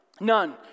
none